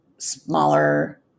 smaller